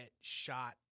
shot